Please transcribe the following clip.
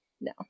no